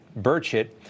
Burchett